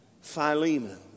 Philemon